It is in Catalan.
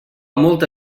molta